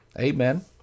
Amen